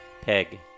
Peg